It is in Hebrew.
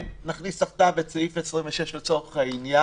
ונכניס תחתיו את סעיף 26 לצורך העניין,